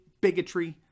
bigotry